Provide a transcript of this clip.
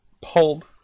pulled